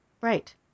Right